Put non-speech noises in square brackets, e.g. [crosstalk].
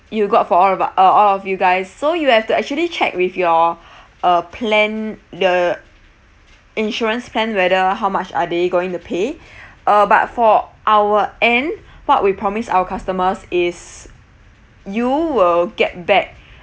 you got for all of uh all of you guys so you have to actually check with your [breath] uh plan the insurance plan whether how much are they going to pay [breath] uh but for our end what we promise our customers is you will get back